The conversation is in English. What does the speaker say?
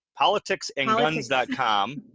politicsandguns.com